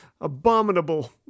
Abominable